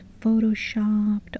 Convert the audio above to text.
photoshopped